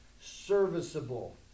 Serviceable